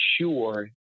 sure